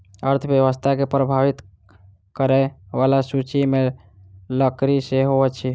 अर्थव्यवस्था के प्रभावित करय बला सूचि मे लकड़ी सेहो अछि